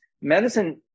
medicine